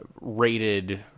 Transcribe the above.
rated